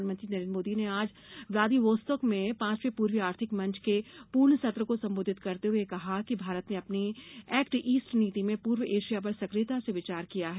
प्रधानमंत्री नरेन्द्र मोदी ने आज व्लादिवोस्तोक में पांचवे पूर्वी आर्थिक मंच के पूर्ण सत्र को संबोधित करते हुए कहा कि भारत ने अपनी एक्ट ईस्ट नीति में पूर्व एशिया पर सक्रियता से विचार किया है